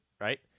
right